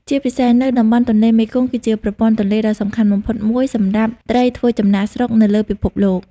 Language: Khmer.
ជាពិសេស នៅតំបន់ទន្លេមេគង្គ គឺជាប្រព័ន្ធទន្លេដ៏សំខាន់បំផុតមួយសម្រាប់ត្រីធ្វើចំណាកស្រុកនៅលើពិភពលោក។